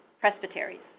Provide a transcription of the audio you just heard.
Presbyteries